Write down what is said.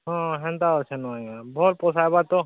ହଁ ହେନ୍ତା ଅଛେ ନ ଆଜ୍ଞା ଭଲ୍ ପୁଷାବା ତ